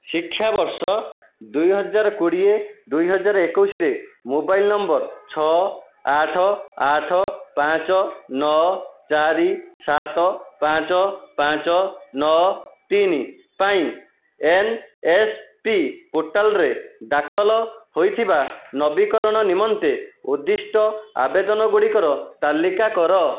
ଶିକ୍ଷା ବର୍ଷ ଦୁଇହଜାର କୋଡ଼ିଏ ଦୁଇହଜାର ଏକୋଇଶିରେ ମୋବାଇଲ୍ ନମ୍ବର୍ ଛଅ ଆଠ ଆଠ ପାଞ୍ଚ ନଅ ଚାରି ସାତ ପାଞ୍ଚ ପାଞ୍ଚ ନଅ ତିନି ପାଇଁ ଏନ୍ ଏସ୍ ପି ପୋର୍ଟାଲ୍ ରେ ଦାଖଲ୍ ହୋଇଥିବା ନବୀକରଣ ନିମନ୍ତେ ଉଦ୍ଧିଷ୍ଟ ଆବେଦନ ଗୁଡ଼ିକର ତାଲିକା କର